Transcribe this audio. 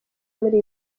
muri